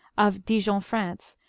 of dijon, france,